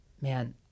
man